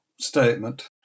statement